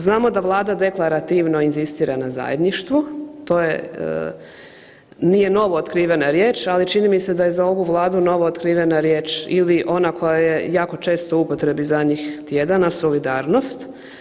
Znao da Vlada deklarativno inzistira na zajedništvu, to je nije novo otkrivena riječ ali čini mi se da je za ovu Vladu novootkrivena riječ ili ona koja je jako često u upotrebi zadnjih tjedana solidarnost.